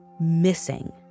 missing